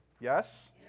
Yes